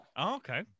Okay